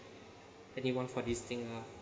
anyone for this thing ah